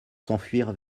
s’enfuir